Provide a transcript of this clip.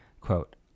quote